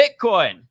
bitcoin